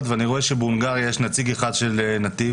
ואני רוצה שבהונגריה יש נציג אחד של נתיב,